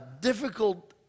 difficult